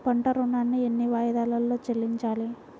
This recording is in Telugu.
పంట ఋణాన్ని ఎన్ని వాయిదాలలో చెల్లించాలి?